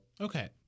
Okay